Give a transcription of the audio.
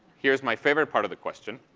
here's my favorite part of the question.